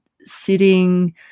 sitting